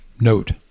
Note